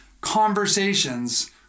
conversations